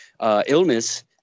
illness